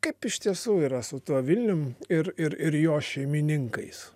kaip iš tiesų yra su tuo vilnium ir ir jo šeimininkais